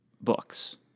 books